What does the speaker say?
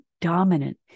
dominant